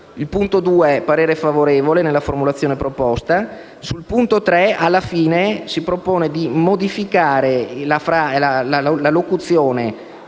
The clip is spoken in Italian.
Sul punto 2) il parere è favorevole nella formulazione proposta; sul punto 3) si propone di modificare la locuzione: